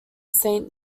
saint